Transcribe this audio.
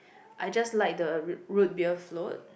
I just like the root beer float